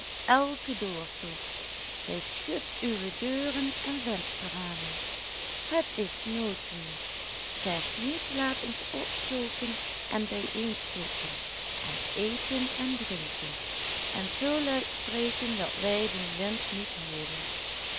elken doortocht hij schudt uwe deuren en vensterramen het is noodweer zegt niet laat ons opstoken en bijeenschikken en eten en drinken en z luid spreken dat wij den wind niet hooren